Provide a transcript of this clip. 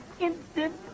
Instant